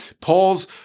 Paul's